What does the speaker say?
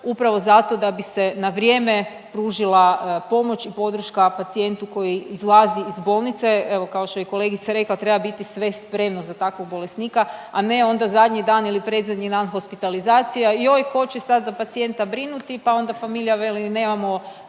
upravo zato da bi se na vrijeme pružila pomoć i podrška pacijentu koji izlazi iz bolnice. Evo kao što je i kolegica rekla, treba biti sve spremno za takvog bolesnika, a ne onda zadnji dan ili predzadnji dan hospitalizacija, joj ko će sad za pacijenta brinuti, pa onda familija veli nemamo